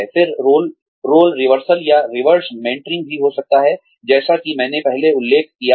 फिर role reversal या reverse mentoring भी हो सकता है जैसा कि मैंने पहले उल्लेख किया है